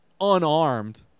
unarmed